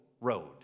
Road